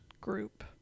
group